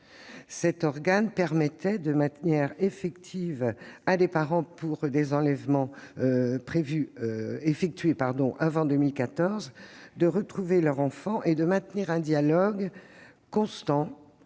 Cet organe permettait de manière effective à des parents, pour des enlèvements perpétrés avant 2014, de retrouver leur enfant et de maintenir un dialogue constant